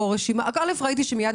הדו"ח